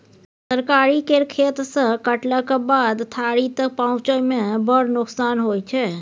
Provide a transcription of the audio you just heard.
तरकारी केर खेत सँ कटलाक बाद थारी तक पहुँचै मे बड़ नोकसान होइ छै